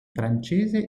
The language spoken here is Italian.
francese